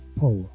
power